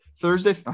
Thursday